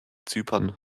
zypern